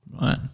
Right